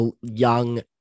young